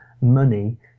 money